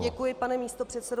Děkuji, pane místopředsedo.